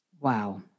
Wow